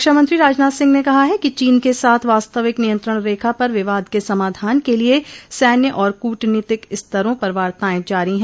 रक्षामंत्री राजनाथ सिंह ने कहा है कि चीन के साथ वास्तविक नियंत्रण रेखा पर विवाद के समाधान के लिए सैन्य और कूटनीतिक स्तरों पर वार्ताएं जारी हैं